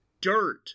Dirt